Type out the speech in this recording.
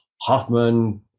Hoffman